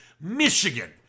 Michigan